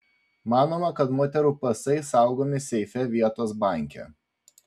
manoma kad moterų pasai saugomi seife vietos banke